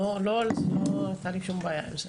לא הייתה לי שום בעיה עם זה.